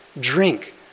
Drink